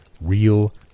real